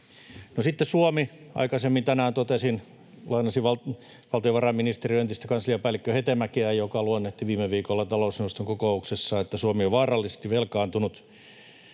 sitten Suomi: Aikaisemmin tänään totesin ja lainasin valtiovarainministeriön entistä kansliapäällikkö Hetemäkeä, joka luonnehti viime viikolla talousneuvoston kokouksessa, että Suomi on vaarallisesti velkaantunut.